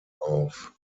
auf